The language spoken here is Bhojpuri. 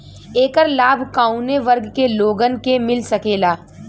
ऐकर लाभ काउने वर्ग के लोगन के मिल सकेला?